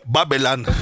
Babylon